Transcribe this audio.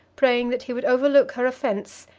praying that he would overlook her offense,